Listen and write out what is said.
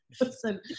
Listen